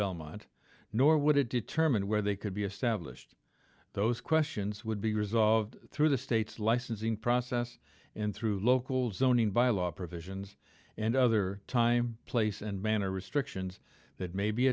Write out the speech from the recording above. belmont nor would it determine where they could be established those questions would be resolved through the state's licensing process and through local zoning bylaw provisions and other time place and manner restrictions that may be